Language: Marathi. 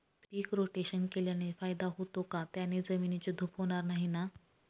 पीक रोटेशन केल्याने फायदा होतो का? त्याने जमिनीची धूप होणार नाही ना?